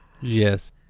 Yes